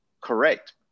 correct